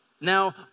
now